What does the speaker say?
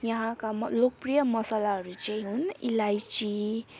यहाँका लोकप्रिय मसलाहरू चाहिँ हुन् इलाइची